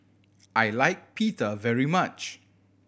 I like Pita very much